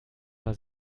war